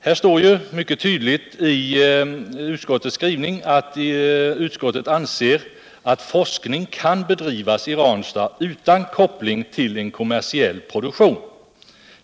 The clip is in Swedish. Det står ju mycket tydligt i utskousbetänkandet att utskottet ”anser att forskning kan bedrivas i Ranstad utan koppling till en kommersicH produktion.